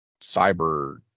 cyber